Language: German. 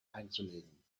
einzulegen